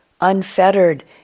unfettered